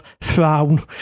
frown